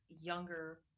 younger